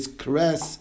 caress